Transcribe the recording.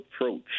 approach